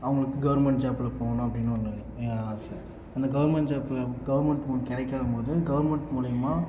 அவங்களுக்கு கவர்மெண்ட் ஜாப்பில் போகணும் அப்படினு ஒன்று ஆசை அந்த கவர்மெண்ட் ஜாப்பை கவர்மெண்ட் கிடைக்காத போது கவர்மெண்ட் மூலிமா